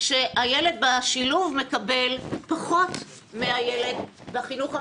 הילד בשילוב מקבל פחות מהילד בחינוך המיוחד,